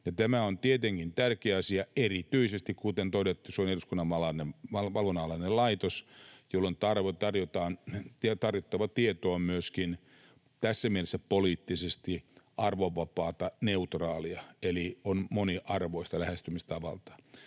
Tämä on tietenkin tärkeä asia erityisesti siitä syystä, kuten todettu, että se on eduskunnan valvonnan alainen laitos, jolloin tarjottava tieto on myöskin tässä mielessä poliittisesti arvovapaata, neutraalia, eli on moniarvoista lähestymistavaltaan.